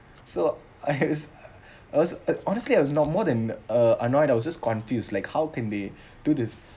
so I I was uh honestly I was not more than uh annoyed I was just confused like how can they do this